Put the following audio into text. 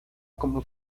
como